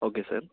okay sir